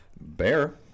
Bear